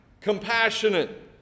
compassionate